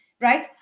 right